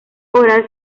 oral